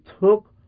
took